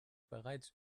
bereits